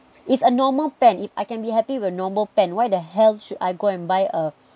it's a normal pen if I can be happy wit a normal pen why the hell should I go and buy a